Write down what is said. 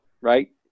right